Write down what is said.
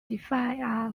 defy